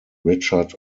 richard